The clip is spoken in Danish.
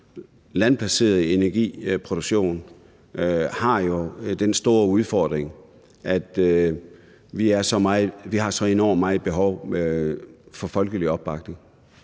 landbaserede energiproduktion jo har den store udfordring, at vi har så enormt meget behov for folkelig opbakning.